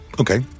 Okay